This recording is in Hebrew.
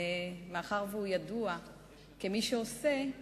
ומאחר שהוא ידוע כמי שעושה,